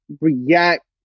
react